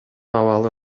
абалы